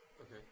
Okay